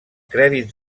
crèdits